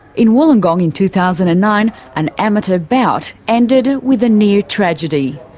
in wollongong in two thousand and nine, an amateur bout ended with a near-tragedy.